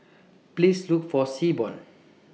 Please Look For Seaborn